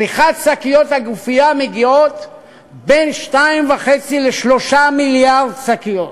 צריכת שקיות הגופייה מגיעה לבין 2.5 ל-3 מיליארד שקיות.